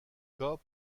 cas